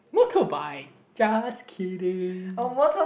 motorbike just kidding